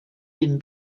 been